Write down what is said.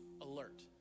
alert